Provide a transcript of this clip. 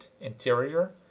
Interior